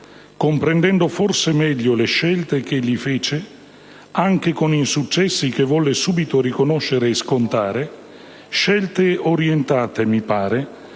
comprendendo forse meglio le scelte che egli fece, anche con insuccessi che volle subito riconoscere e scontare, orientate (mi pare)